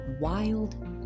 wild